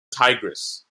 tigris